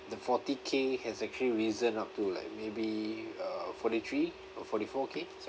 the forty K has actually risen up to like maybe uh forty-three or forty-four K